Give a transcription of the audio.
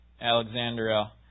Alexandria